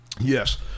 yes